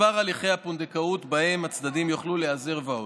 מספר הליכי הפונדקאות שבהם הצדדים יוכלו להיעזר ועוד.